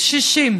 קשישים